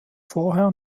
vorher